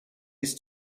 his